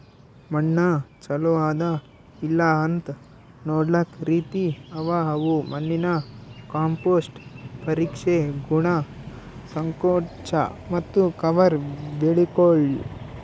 ಮಣ್ಣ ಚಲೋ ಅದಾ ಇಲ್ಲಾಅಂತ್ ನೊಡ್ಲುಕ್ ರೀತಿ ಅವಾ ಅವು ಮಣ್ಣಿನ ಕಾಂಪೋಸ್ಟ್, ಪರೀಕ್ಷೆ, ಗುಣ, ಸಂಕೋಚ ಮತ್ತ ಕವರ್ ಬೆಳಿಗೊಳ್